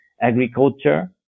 agriculture